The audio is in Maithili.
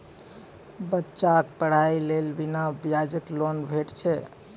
बच्चाक पढ़ाईक लेल बिना ब्याजक लोन भेटै छै?